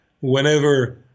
whenever